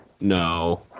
No